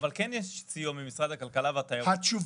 אבל יש סיוע שניתן